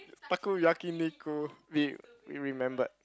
taku yakiniku we we remembered